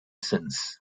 since